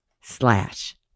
slash